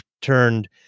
turned